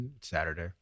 Saturday